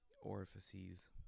Orifices